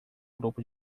grupo